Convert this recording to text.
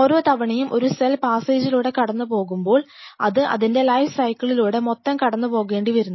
ഓരോ തവണയും ഒരു സെൽ പാസ്സേജ്ജിലൂടെ കടന്നു പോകുമ്പോൾ അത് അതിൻറെ ലൈഫ് സൈക്കിളിലൂടെ മൊത്തം കടന്നു പോകേണ്ടി വരുന്നു